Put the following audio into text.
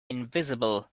invisible